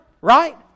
Right